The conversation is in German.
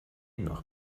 noch